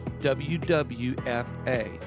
WWFA